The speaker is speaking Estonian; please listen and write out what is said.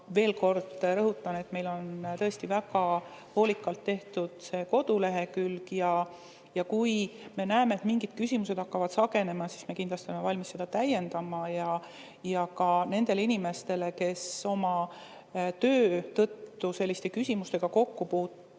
veel kord rõhutan, et meil on see kodulehekülg tõesti väga hoolikalt tehtud. Kui me näeme, et mingid küsimused hakkavad sagenema, siis me kindlasti oleme valmis seda täiendama. Ka nendele inimestele, kes oma töö tõttu selliste küsimustega kokku puutuvad,